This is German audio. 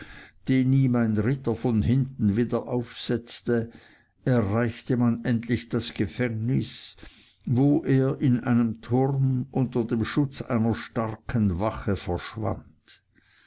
ihm ein ritter von hinten wieder aufsetzte erreichte man endlich das gefängnis wo er in einem turm unter dem schutz einer starken wache verschwand